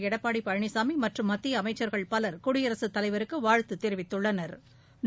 எடப்பாடி பழனிசாமி மற்றும் மத்திய அமைச்சர்கள் பவள் குடியரசுத் தலைவருக்கு வாழ்த்து தெரிவித்துள்ளனா்